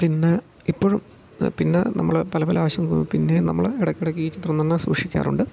പിന്നെ ഇപ്പോഴും പിന്നെ നമ്മൾ പല പല ആവശ്യങ്ങൾക്ക് പിന്നെ നമ്മൾ ഇടക്കിടക്ക് ഈ ചിത്രം തന്നെ സൂക്ഷിക്കാറുണ്ട്